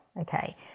Okay